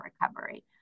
recovery